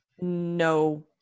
no